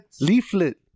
Leaflet